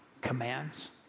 commands